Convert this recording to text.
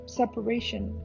separation